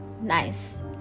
nice